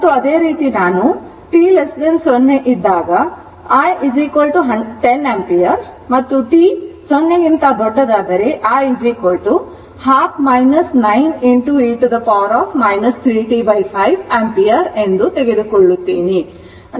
ಮತ್ತು ಅದೇ ರೀತಿ ನಾನು t 0 ಇದ್ದಾಗ i 10 ಆಂಪಿಯರ್ ಮತ್ತು t 0 ಕ್ಕಿಂತ ದೊಡ್ಡದಾದರೆ i½ 9 e t 3 t5 ampere ಆಗಿದೆ